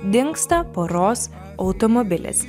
dingsta poros automobilis